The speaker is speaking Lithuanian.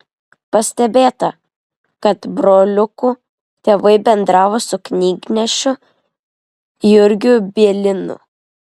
pastebėta kad broliukų tėvai bendravo su knygnešiu jurgiu bieliniu